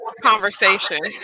conversation